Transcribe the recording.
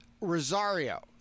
Rosario